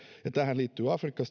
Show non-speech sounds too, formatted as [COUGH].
ja tähän liittyy afrikka [UNINTELLIGIBLE]